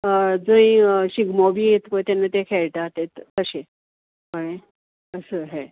जय शिगमो बी येत पळय तेन्ना ते खळटात तें तशें कळ्ळे हय